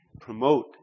promote